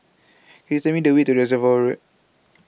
IS Tell Me The Way to Reservoir Road